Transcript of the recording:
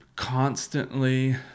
constantly